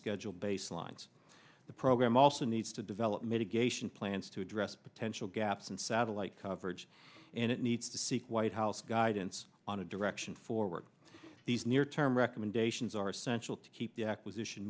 schedule baselines the program also needs to develop mitigation plans to address potential gaps in satellite coverage and it needs to seek white house guidance on a direction forward these near term recommendations are essential to keep the acquisition